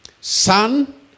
Son